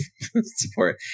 support